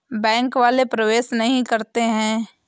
Bank वाले प्रवेश नहीं करते हैं?